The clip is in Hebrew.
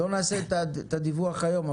לא נעשה את הדיווח היום,